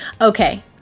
Okay